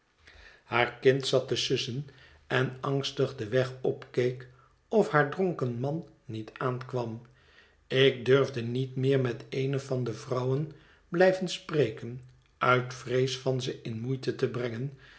haar kind zat te sussen en angstig den weg opkeek of haar dronken man niet aankwam ik durfde niet meer met eene van de vrouwen blijven spreken uit vrees van ze in moeite te brengen